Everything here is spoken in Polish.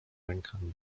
rękami